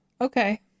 Okay